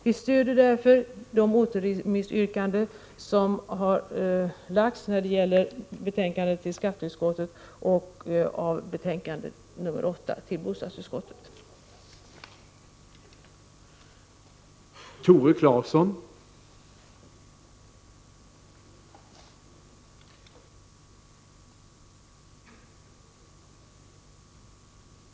Vi stöder därför de återremissyrkanden som framlagts när det gäller skatteutskottets betänkande 17 och bostadsutskottets betänkande 8.